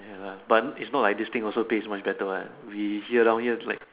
ya lah but it's not like this thing also taste much better what we here down here like